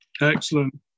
Excellent